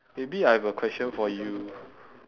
maybe I have a question for you